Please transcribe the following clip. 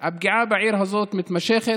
מתמשכת, הפגיעה בעיר הזאת מתמשכת.